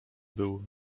był